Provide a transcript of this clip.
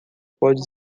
pode